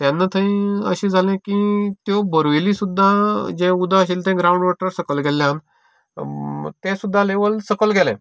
तेन्ना थंय अशें जालें की त्यो बोर वेली सुद्दां जें उदक आशिल्लें तें ग्रावंड वोटर सकयल गेलें तें सुद्दां लेवल सकयल गेलें